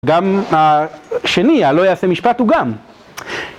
גם השני, הלא יעשה משפט הוא גם.